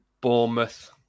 Bournemouth